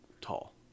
tall